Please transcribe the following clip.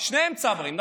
שניהם צברים.